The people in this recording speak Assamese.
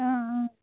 অঁ অঁ